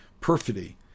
perfidy